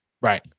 Right